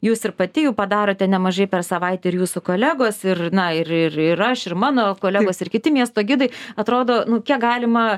jūs ir pati jų padarote nemažai per savaitę ir jūsų kolegos ir na ir ir ir aš ir mano kolegos ir kiti miesto gidai atrodo nu kiek galima